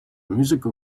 musical